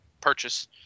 purchase